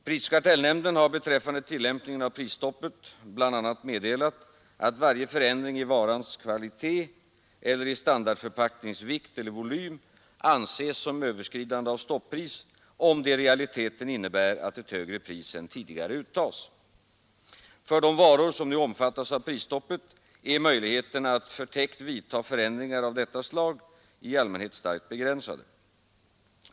Prisoch kartellnämnden har beträffande tillämpningen av prisstoppet bl.a. meddelat, att varje förändring i varans kvalitet eller i standardförpacknings vikt eller volym anses som överskridande av stoppris, om det i realiteten innebär att ett högre pris än tidigare uttas. För de varor som nu omfattas av prisstoppet är möjligheterna att förtäckt vidta förändringar av detta slag i allmänhet starkt begränsade.